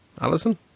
Alison